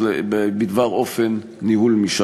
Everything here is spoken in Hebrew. ולכן אנחנו,